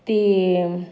ਅਤੇ